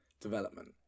development